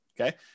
okay